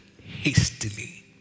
hastily